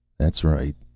that's right.